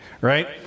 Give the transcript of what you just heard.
Right